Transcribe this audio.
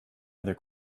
other